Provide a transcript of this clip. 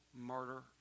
murder